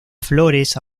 flores